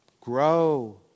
Grow